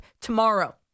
tomorrow